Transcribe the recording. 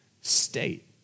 state